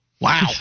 Wow